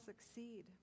succeed